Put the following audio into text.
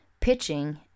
pitching